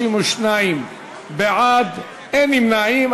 32 בעד, אין נמנעים.